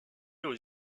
aux